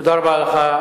תודה רבה לך,